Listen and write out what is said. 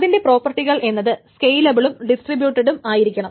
അതിന്റെ പ്രോപ്പർട്ടികൾ എന്നത് സ്കൈലബിളും ഡിസ്ട്രിബ്യൂട്ടട്ടും ആയിരിക്കണം